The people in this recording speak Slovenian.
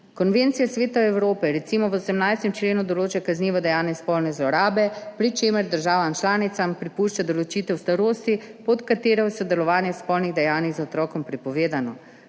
Konvencija Sveta Evrope recimo v 18. členu določa kaznivo dejanje spolne zlorabe, pri čemer državam članicam prepušča določitev starosti, pod katero je sodelovanje v spolnih dejanjih z otrokom prepovedano.